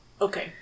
okay